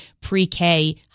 pre-K